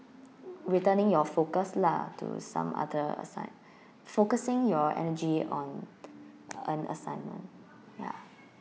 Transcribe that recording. returning your focus lah to some other aside focusing your energy on an assignment ya